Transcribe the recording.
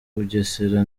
bugesera